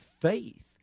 faith